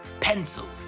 pencil